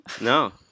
No